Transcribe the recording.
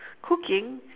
cooking